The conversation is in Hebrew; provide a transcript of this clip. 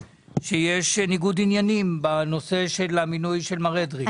ניגוד עניינים בנושא המינוי של מר אדרי.